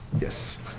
Yes